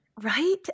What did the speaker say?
Right